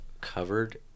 covered